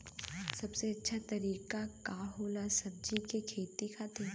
सबसे अच्छा तरीका का होला सब्जी के खेती खातिर?